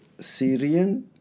Syrian